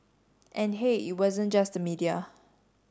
and hey it wasn't just the media